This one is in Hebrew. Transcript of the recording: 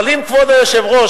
אבל אם כבוד היושב-ראש,